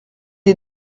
est